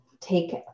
take